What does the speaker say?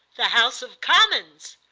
the house of commons!